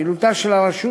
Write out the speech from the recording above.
פעילותה של הרשות